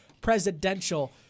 presidential